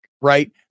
right